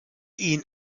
ihn